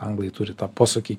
anglai turi tą posakį